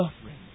suffering